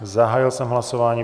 Zahájil jsem hlasování.